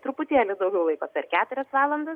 truputėlį daugiau laiko per keturias valandas